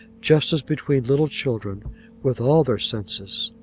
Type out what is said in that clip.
just as between little children with all their senses.